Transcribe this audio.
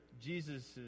Jesus